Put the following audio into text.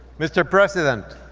mr. president,